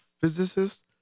physicist